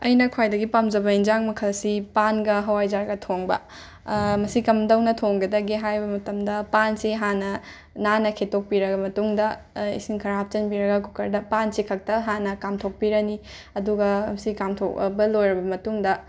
ꯑꯩꯅ ꯈ꯭ꯋꯥꯏꯗꯒꯤ ꯄꯥꯝꯖꯕ ꯏꯟꯁꯥꯡ ꯃꯈꯜꯁꯤ ꯄꯥꯟꯒ ꯍꯋꯥꯏꯖꯥꯔꯒ ꯊꯣꯡꯕ ꯃꯁꯤ ꯀꯝꯗꯧꯅ ꯊꯣꯡꯒꯗꯒꯦ ꯍꯥꯏꯕ ꯃꯇꯝꯗ ꯄꯥꯟꯁꯦ ꯍꯥꯟꯅ ꯅꯥꯟꯅ ꯈꯦꯠꯇꯣꯛꯄꯤꯔꯕ ꯃꯇꯨꯡꯗ ꯏꯁꯤꯡ ꯈꯔ ꯍꯥꯞꯆꯟꯕꯤꯔꯒ ꯀꯨꯀꯔꯗ ꯄꯥꯟꯁꯦ ꯈꯛꯇ ꯍꯥꯟꯅ ꯀꯥꯝꯊꯣꯛꯄꯤꯔꯅꯤ ꯑꯗꯨꯒ ꯃꯁꯤ ꯀꯥꯝꯊꯣꯛꯑꯕ ꯂꯣꯏꯔꯕ ꯃꯇꯨꯡꯗ